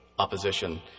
opposition